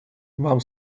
вам